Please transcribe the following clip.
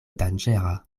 danĝera